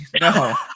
No